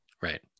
Right